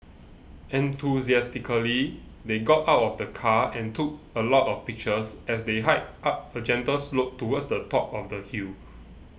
enthusiastically they got out of the car and took a lot of pictures as they hiked up a gentle slope towards the top of the hill